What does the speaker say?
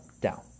down